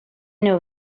know